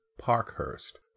Parkhurst